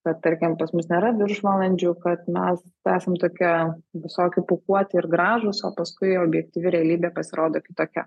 kad tarkim pas mus nėra viršvalandžių kad mes esam tokia visoki pūkuoti ir gražūs o paskui objektyvi realybė pasirodo kitokia